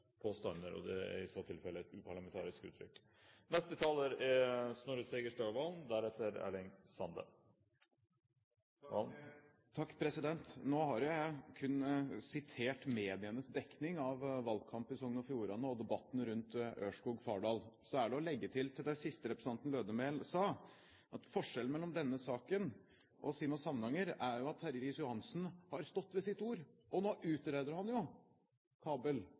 Fjordane og debatten rundt Ørskog–Fardal. Så er det til det siste representanten Lødemel sa, det å legge til at forskjellen mellom denne saken og Sima–Samnanger-saken er at statsråd Terje Riis-Johansen har stått ved sitt ord, og nå utreder han jo kabel